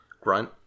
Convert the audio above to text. Grunt